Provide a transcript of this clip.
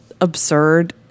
absurd